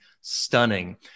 stunning